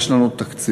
יש לנו תקציב.